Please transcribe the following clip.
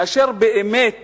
מאשר באמת